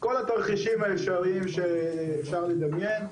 כל התרחישים האפשריים שאפשר לדמיין,